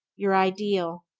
your ideal.